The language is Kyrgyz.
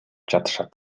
жатышат